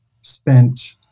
spent